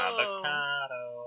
Avocado